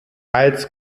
als